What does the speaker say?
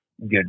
good